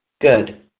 good